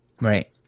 Right